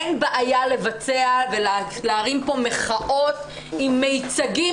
אין בעיה לבצע ולהרים כאן מחאות עם מיצגים,